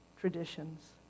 traditions